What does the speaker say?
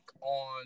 on